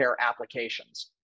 applications